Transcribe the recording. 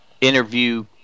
interview